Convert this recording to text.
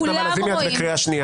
כולם רואים --- את בקריאה שנייה.